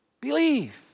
Believe